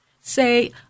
say